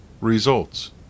results